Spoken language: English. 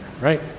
right